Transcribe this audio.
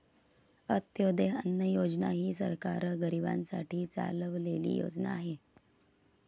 अंत्योदय अन्न योजना ही सरकार गरीबांसाठी चालवलेली योजना आहे